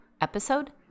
episode